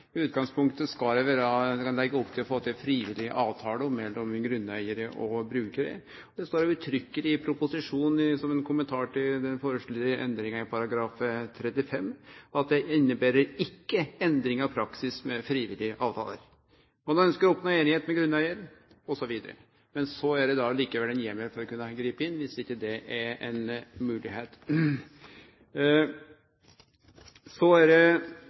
utgangspunktet skal ein leggje opp til å få til ei frivillig avtale mellom grunneigarane og brukarane. Det står uttrykkeleg i proposisjonen som ein kommentar til den foreslåtte endringa i § 35 at det inneber ikkje «noen endring av praksis med frivillige avtaler» og ein «ser det som ønskelig at man oppnår enighet med grunneier». Men så er det likevel ein heimel for å gripe inn dersom det ikkje er ei moglegheit. Så blir det